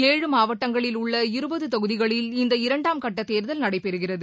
ஏழு மாவட்டங்களில் உள்ள இருபது தொகுதிகளில் இந்த இரண்டாம்கட்ட தேர்தல் நடைபெறுகிறது